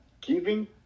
giving